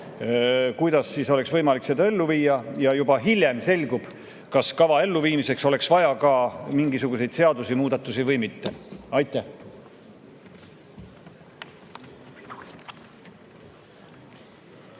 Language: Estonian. kuidas oleks võimalik seda ellu viia, ja juba hiljem selgub, kas kava elluviimiseks oleks vaja ka mingisuguseid seadusemuudatusi või mitte. Aitäh!